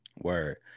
word